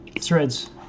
threads